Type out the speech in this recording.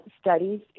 studies